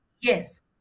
Yes